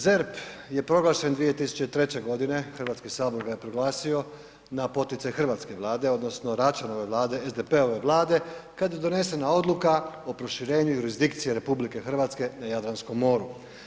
ZERP je proglašen 2003. godine, HS ga je proglasio na poticaj hrvatske Vlade odnosno Račanove Vlade, SDP-ove Vlade, kad je donesena odluka o proširenju jurisdikcije RH na Jadranskom moru.